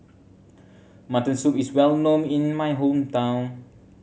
mutton soup is well known in my hometown